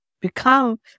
become